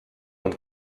und